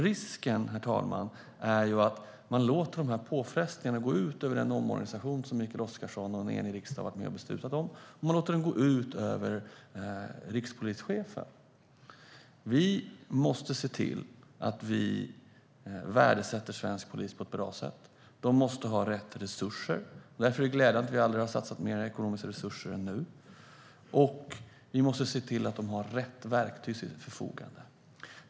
Risken är, herr talman, att man låter de här påfrestningarna gå ut över den omorganisation som Mikael Oscarsson och en enig riksdag har varit med och beslutat om, och man låter den gå ut över rikspolischefen. Vi måste se till att vi värdesätter svensk polis på ett bra sätt. De måste ha rätt resurser, och därför är det glädjande att vi aldrig har satsat mer ekonomiska resurser än nu. Vi måste också se till att de har rätt verktyg till sitt förfogande.